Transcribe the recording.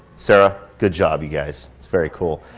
sarah, good job you guys. it's very cool.